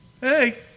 hey